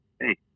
hey